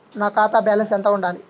నా ఖాతా బ్యాలెన్స్ ఎంత ఉండాలి?